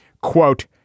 Quote